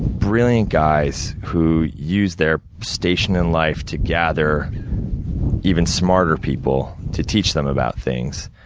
brilliant guys, who used their station in life to gather even smarter people, to teach them about things.